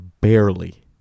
barely